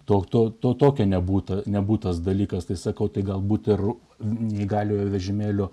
to to tokio nebūta nebūtas dalykas tai sakau tai galbūt ir neįgaliojo vežimėliu